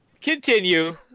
Continue